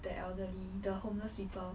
the elderly the homeless people